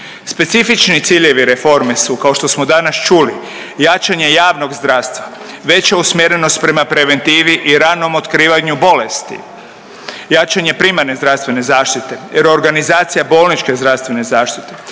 Specifični ciljevi reforme su kao što smo danas čuli jačanje javnog zdravstva, veća usmjerenost prema preventivi i ranom otkrivanju bolesti, jačanje primarne zdravstvene zaštite, reorganizacija bolničke zdravstvene zaštite,